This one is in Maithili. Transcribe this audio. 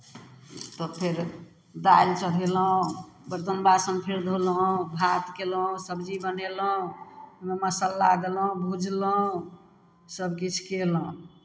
तब फेर दालि चढ़ेलहुँ बरतन बासन फेर धोलहुँ भात कयलहुँ सबजी बनेलहुँ ओहिमे मसाला देलहुँ भुजलहुँ सभकिछु कयलहुँ